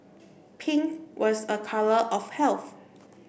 pink was a colour of health